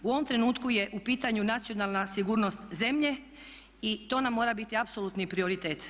U ovom trenutku je u pitanju nacionalna sigurnost zemlje i to nam mora biti apsolutni prioritet.